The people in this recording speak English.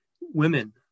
women